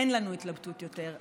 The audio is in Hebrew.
אין לנו התלבטות יותר,